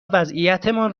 وضعیتمان